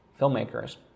filmmakers